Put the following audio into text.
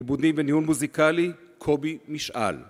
עיבודים וניהול מוזיקלי, קובי משאל